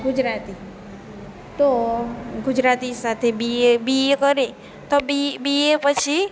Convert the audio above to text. ગુજરાતી તો ગુજરાતી સાથે બીએ કરે તો બી બીએ પછી